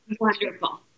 wonderful